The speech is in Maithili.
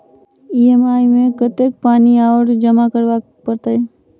ई.एम.आई मे कतेक पानि आओर जमा करबाक छैक?